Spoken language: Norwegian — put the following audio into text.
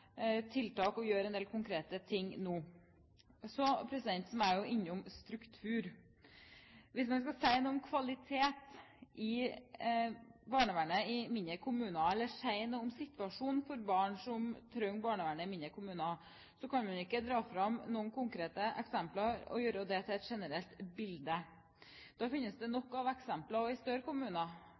tiltak og gjør en del konkrete ting nå. Så må jeg innom struktur. Hvis man skal si noe om kvalitet i barnevernet i mindre kommuner, eller si noe om situasjonen for barn som trenger barnevernet i mindre kommuner, kan man ikke dra fram noen konkrete eksempler og gjøre det til et generelt bilde. Da finnes det nok av eksempler, også i større